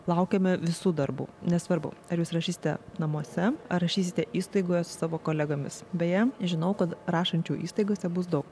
laukiame visų darbų nesvarbu ar jūs rašysite namuose ar rašysite įstaigoje savo kolegomis beje žinau kad rašančių įstaigose bus daug